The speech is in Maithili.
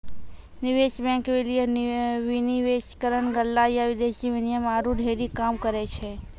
निवेश बैंक, विलय, विनिवेशकरण, गल्ला या विदेशी विनिमय आरु ढेरी काम करै छै